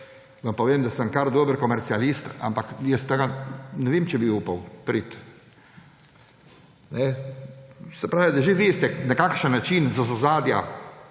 – vam povem, da sem kar dober komercialist, ampak jaz do tega ne vem, če bi upal priti. Se pravi, da že veste, na kakšen način iz ozadja